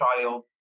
child